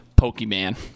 Pokemon